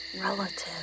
relative